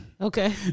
okay